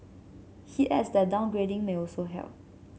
he adds that downgrading may also help